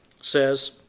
says